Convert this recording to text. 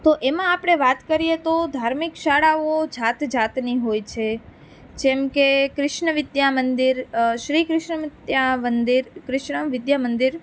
તો એમાં આપણે વાત કરીએ તો ધાર્મિક શાળાઓ જાત જાતની હોય છે જેમ કે ક્રિષ્ન વિદ્યા મંદિર શ્રી ક્રિષ્ન વિદ્યા મંદિર ક્રિષ્ન વિદ્યા મંદિર